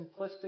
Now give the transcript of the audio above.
simplistic